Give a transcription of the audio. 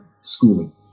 schooling